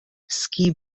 ski